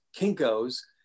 Kinko's